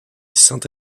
sainte